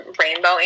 rainbow